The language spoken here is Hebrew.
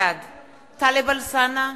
בעד טלב אלסאנע,